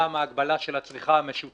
גם ההגבלה של הצריכה המשותפת,